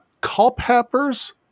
Culpepper's